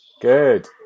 Good